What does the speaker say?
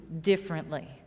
differently